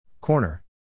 Corner